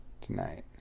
tonight